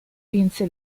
vinse